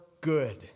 good